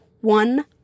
one